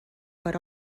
per